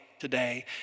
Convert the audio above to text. Today